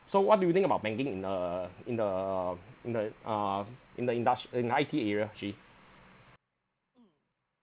so what do you think about banking in a in the in the uh in the indus~ in the I_T area jay